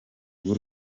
bw’u